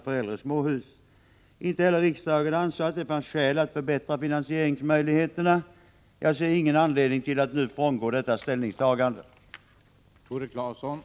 Särskilt svåra konsekvenser kommer detta att få för befolkningen i vissa kusttrakter som är attraktiva ur fritidssynpunkt.